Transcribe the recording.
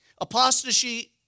Apostasy